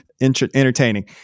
entertaining